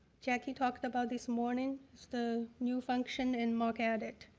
jackie talked about this morning. it's the new function in marc edit.